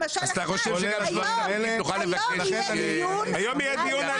למשל --- אז אתה חושב --- היום יהיה דיון על